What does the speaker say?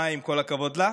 מאי, עם כל הכבוד לך,